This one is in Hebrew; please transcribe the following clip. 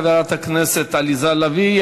תודה לחברת הכנסת עליזה לביא.